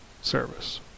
service